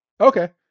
Okay